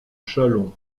châlons